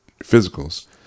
physicals